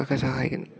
ഒക്കെ സഹായിക്കുന്നു